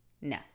No